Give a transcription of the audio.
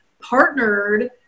partnered